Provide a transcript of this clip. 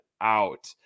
out